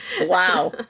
Wow